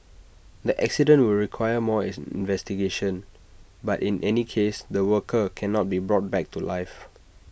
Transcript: the accident will require more investigation but in any case the worker cannot be brought back to life